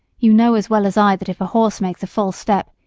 you know as well as i that if a horse makes a false step,